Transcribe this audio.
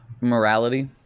Morality